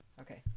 Okay